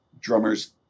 drummers